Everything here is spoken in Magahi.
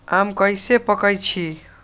आम कईसे पकईछी?